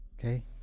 okay